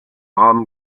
rame